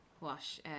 wash